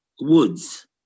Woods